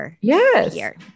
Yes